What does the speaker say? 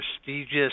prestigious